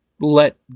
let